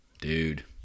Dude